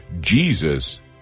Jesus